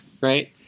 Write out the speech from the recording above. Right